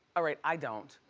ah right, i don't.